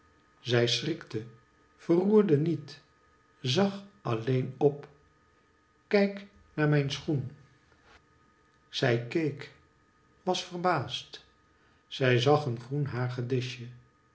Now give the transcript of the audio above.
zij schrikte verroerde niet zag alleen dp kijk naar mijn schoen zij zag een